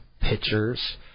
pictures